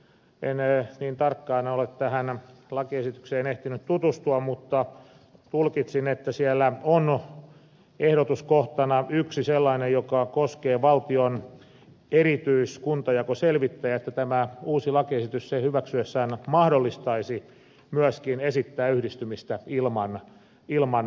en niin tarkkaan ole tähän lakiesitykseen ehtinyt tutustua mutta tulkitsin että siellä on ehdotuskohtana yksi sellainen joka koskee valtion erityiskuntajakoselvittäjää että tämä uusi lakiesitys tullessaan hyväksytyksi mahdollistaisi myöskin esittää yhdistymistä ilman maarajaa